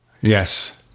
yes